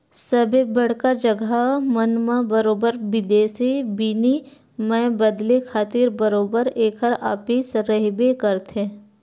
सबे बड़का जघा मन म बरोबर बिदेसी बिनिमय बदले खातिर बरोबर ऐखर ऑफिस रहिबे करथे